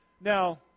Now